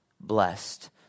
blessed